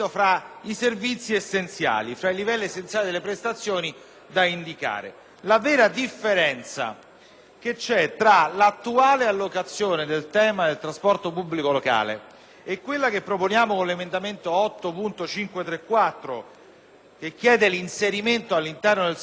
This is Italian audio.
tra l'attuale allocazione del tema del trasporto pubblico locale e quella che proponiamo con l'emendamento 8.534, che chiede l'inserimento all'interno del comma 2 dell'articolo 8, è appunto di evitare la differenziazione, oggi presente,